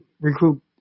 recruit